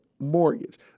Mortgage